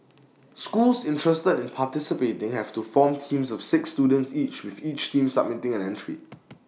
schools interested in participating have to form teams of six students each with each team submitting an entry